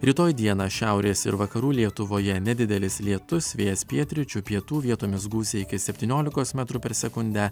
rytoj dieną šiaurės ir vakarų lietuvoje nedidelis lietus vėjas pietryčių pietų vietomis gūsiai iki septyniolikos metrų per sekundę